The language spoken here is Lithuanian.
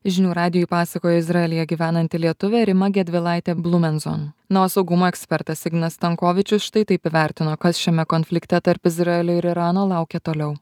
žinių radijui pasakojo izraelyje gyvenanti lietuvė rima gedvilaitė blumenzon na o saugumo ekspertas ignas stankovičius štai taip įvertino kas šiame konflikte tarp izraelio ir irano laukia toliau